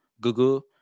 Google